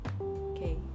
okay